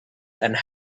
and